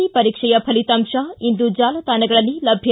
C ಪರೀಕ್ಷೆಯ ಫಲಿತಾಂಶ ಇಂದು ಜಾಲತಾಣಗಳಲ್ಲಿ ಲಭ್ಯ